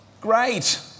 great